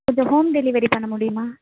இதை home delivery பண்ண முடியுமா